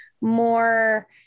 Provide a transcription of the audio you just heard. more